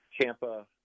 Tampa